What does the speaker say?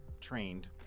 trained